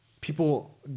people